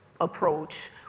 approach